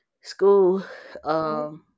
school